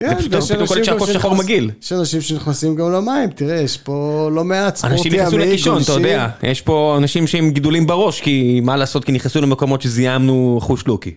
יש אנשים שנכנסים גם למים, תראה, יש פה לא מעט ספורט ימי. אנשים נכנסו לקישון אתה יודע, יש פה אנשים שעם גידולים בראש, כי מה לעשות, כי נכנסו למקומות שזיהמנו אחושלוקי.